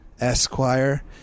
Esquire